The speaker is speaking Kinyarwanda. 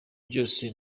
byose